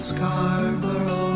Scarborough